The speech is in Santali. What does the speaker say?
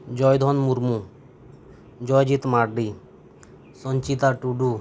ᱡᱚᱭᱫᱷᱚᱱ ᱢᱩᱨᱢᱩ ᱡᱚᱭᱡᱤᱛ ᱢᱟᱨᱰᱤ ᱥᱚᱧᱪᱤᱛᱟ ᱴᱩᱰᱩ